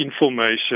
information